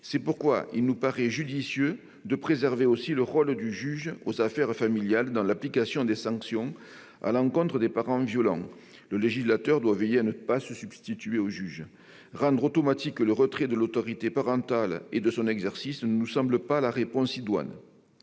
C'est pourquoi il nous paraît judicieux de préserver aussi le rôle du juge aux affaires familiales dans l'application des sanctions à l'encontre des parents violents. Le législateur doit veiller à ne pas se substituer au juge. Rendre automatique le retrait de l'autorité parentale et de son exercice ne nous semble pas la réponse idoine.